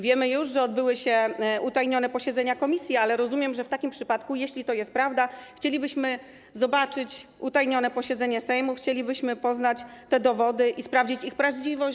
Wiemy już, że odbyły się utajnione posiedzenia komisji, ale w takim przypadku - jeśli to jest prawda - chcielibyśmy zobaczyć utajnione posiedzenie Sejmu, chcielibyśmy poznać te dowody i sprawdzić ich prawdziwość.